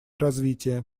развития